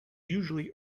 usually